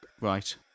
Right